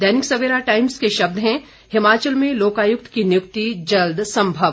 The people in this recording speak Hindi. दैनिक सवेरा टाइम्स के शब्द हैं हिमाचल में लोकायुक्त की नियुक्ति जल्द संभव